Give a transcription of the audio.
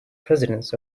presidents